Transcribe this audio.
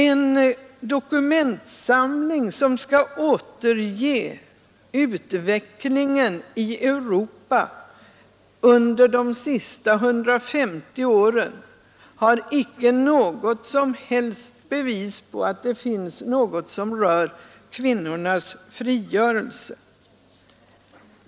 En dokumentsamling som skall återge utvecklingen i Europa under de senaste 150 åren har inte några som helst bevis på att det förekommit något som rör kvinnornas frigörelse.